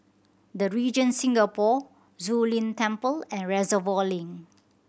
The Regent Singapore Zu Lin Temple and Reservoir Link